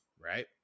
right